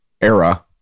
era